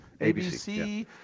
ABC